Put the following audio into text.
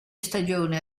stagione